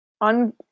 un